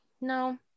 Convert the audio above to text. No